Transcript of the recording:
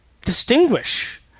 distinguish